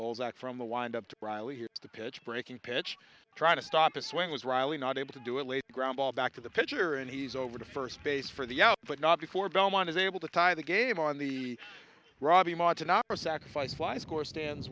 all that from the wind up to riley here the pitch breaking pitch trying to stop a swing was riley not able to do it late groundball back to the pitcher and he's over to first base for the up but not before belmont is able to tie the game on the robbie martin opera sacrifice fly score stands